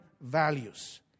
values